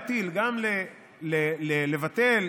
והסמכות גם להטיל, גם לבטל,